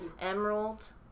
Emerald